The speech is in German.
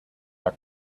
herr